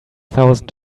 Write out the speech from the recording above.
thousand